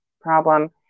problem